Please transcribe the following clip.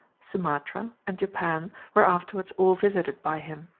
sumatra, and japan were afterwards all visited by him.